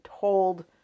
told